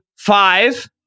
five